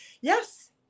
Yes